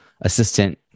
assistant